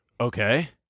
Okay